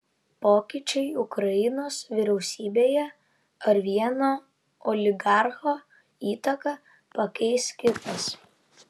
pokyčiai ukrainos vyriausybėje ar vieno oligarcho įtaką pakeis kitas